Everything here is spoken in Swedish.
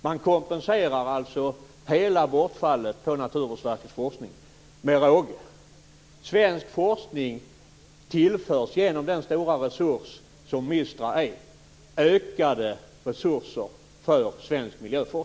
Man kompenserar alltså hela bortfallet med råge. Svensk miljöforskning tillförs genom den stora resurs som MISTRA är ökade resurser.